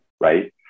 right